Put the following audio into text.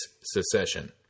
secession